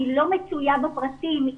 אני לא מצויה בפרטים.